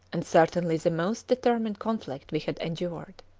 and certainly the most determined conflict we had endured.